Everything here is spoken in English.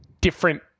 different